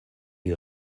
die